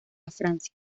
francia